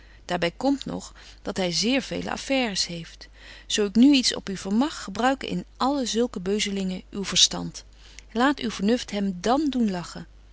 by komt nog dat hy zeer vele affaires heeft zo ik nu iets op u vermag gebruik in alle zulke beuzelingen uw verstand laat uw vernuft hem dan doen lachen